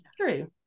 true